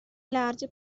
large